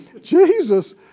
Jesus